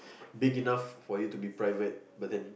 big enough for you to be private but then